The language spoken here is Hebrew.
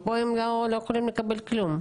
פה הם לא יכולים לקבל כלום.